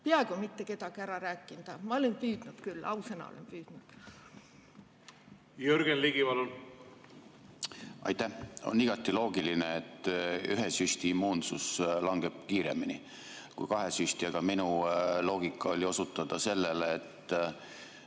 peaaegu mitte kedagi ära rääkida. Ma olen püüdnud küll, ausõna olen püüdnud. Jürgen Ligi, palun! Aitäh! On igati loogiline, et ühe süsti [tekitatud] immuunsus langeb kiiremini kui kahe süsti oma, aga minu loogika oli osutada sellele, et